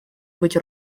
быть